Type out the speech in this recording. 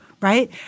right